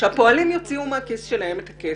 שהפועלים יוציאו מהכיס שלהם את הכסף.